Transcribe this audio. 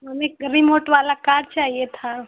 हमें रिमोट वाला कार चाहिए था